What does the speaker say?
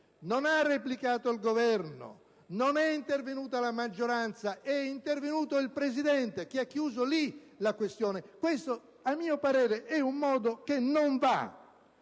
non ha replicato il Governo, non è intervenuta la maggioranza: è intervenuto il Presidente, che ha chiuso lì la questione. Questo, a mio parere, è un modo di